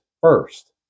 first